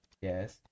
Yes